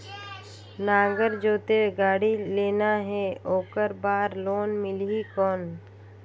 नागर जोते गाड़ी लेना हे ओकर बार लोन मिलही कौन?